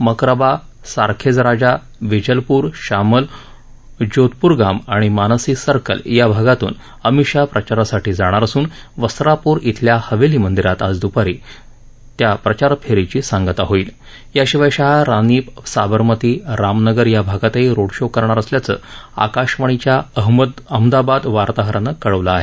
मकारबा सारखेज राजा वेजलपूर शामल जोधपूरगाम आणि मानसी सर्कल या भागातून अमित शहा प्रचारासाठी जाणार असून वस्त्रापूर धिल्या हवेली मंदिरात आज दुपारी त्या प्रचार फेरीची सांगता होईल याशिवाय शहा रानीप साबरमती रामनगर ह्या भागातही रोड शो करणार असल्याचं आकाशवाणीच्या अहमदाबाद वार्ताहरानं कळवलं आहे